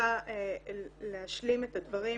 רוצה להשלים את הדברים